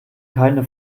keine